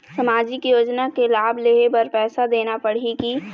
सामाजिक योजना के लाभ लेहे बर पैसा देना पड़ही की?